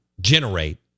generate